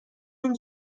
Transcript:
اون